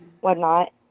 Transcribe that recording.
whatnot